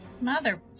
Mother